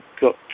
got